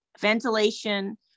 ventilation